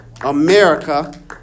America